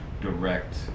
direct